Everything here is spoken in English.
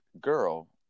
girl